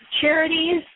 charities